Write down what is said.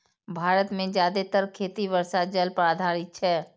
भारत मे जादेतर खेती वर्षा जल पर आधारित छै